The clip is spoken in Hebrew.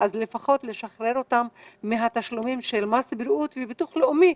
כדי שהם ישוחררו מתשלומי מס בריאות ומביטוח לאומי.